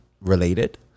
related